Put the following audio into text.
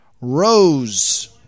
Rose